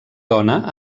dona